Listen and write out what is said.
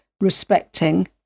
respecting